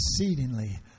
exceedingly